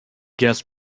guests